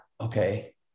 okay